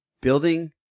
building